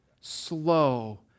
slow